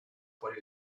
por